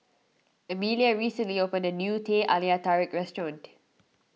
Emelia recently opened a new Teh Halia Tarik restaurant